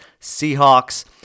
Seahawks